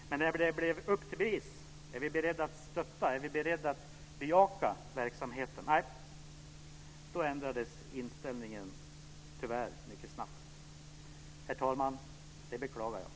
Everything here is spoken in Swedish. Men när det blev dags att bevisa om man var beredd att stödja och bejaka verksamheten ändrades inställningen tyvärr mycket snabbt. Det beklagar jag, herr talman.